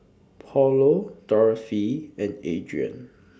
Paulo Dorothy and Adrien